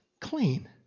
clean